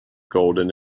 golden